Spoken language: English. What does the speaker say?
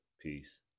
Peace